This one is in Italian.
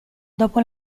dopo